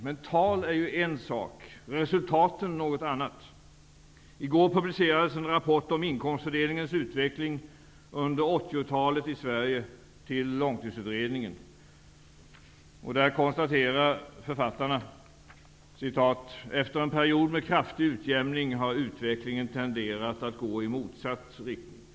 Men tal är en sak och resultaten något annat. I går publicerades en rapport om inkomstfördelningens utveckling under 1980-talet i Sverige -- till långtidsutredningen. Där konstaterar författarna: ''Efter en period med kraftig utjämning har utvecklingen tenderat att gå i motsatt riktning.''